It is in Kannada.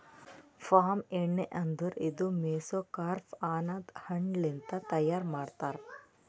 ಪಾಮ್ ಎಣ್ಣಿ ಅಂದುರ್ ಇದು ಮೆಸೊಕಾರ್ಪ್ ಅನದ್ ಹಣ್ಣ ಲಿಂತ್ ತೈಯಾರ್ ಮಾಡ್ತಾರ್